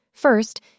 First